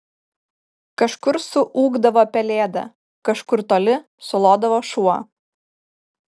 kažkur suūkdavo pelėda kažkur toli sulodavo šuo